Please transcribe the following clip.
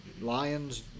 lion's